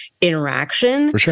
interaction